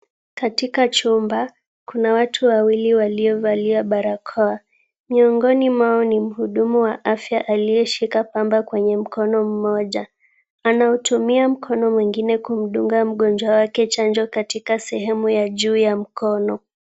Katika chumba kuna watu wawili waliovalia barakoa. Miongoni mwao ni mhudumu wa afya aliyeshika pamba kwenye mkono mmoja. Anautumia mkono mwingine kumdunga mgonjwa wake chanjo katika sehemu ya juu ya mkono.